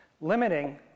limiting